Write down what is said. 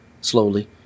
slowly